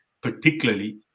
particularly